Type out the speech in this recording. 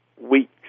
weeks